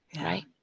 Right